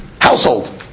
Household